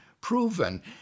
proven